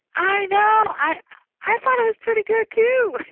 i know! i i thought it was pretty good too.